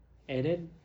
and then